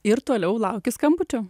ir toliau lauki skambučio